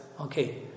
okay